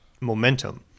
momentum